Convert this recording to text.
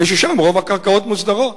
מפני ששם רוב הקרקעות מוסדרות,